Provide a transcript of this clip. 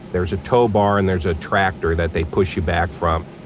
there's a tow bar and there's a tractor that they push you back from.